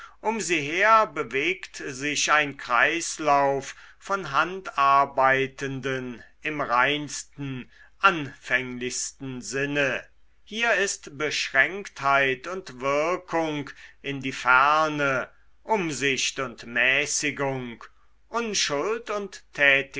um sie her bewegt sich ein kreislauf von handarbeitenden im reinsten anfänglichsten sinne hier ist beschränktheit und wirkung in die ferne umsicht und mäßigung unschuld und